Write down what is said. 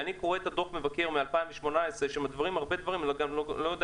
אני קורה את דוח המבקר מ-2018 שמסבירים הרבה דברים ואני לא יודע